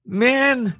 man